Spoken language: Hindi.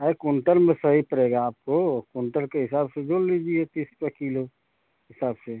अरे कोंटल में सही पड़ेगा आपको कोंटल के हिसाब से जोड़ लीजिए तीस रुपये किलो हिसाब से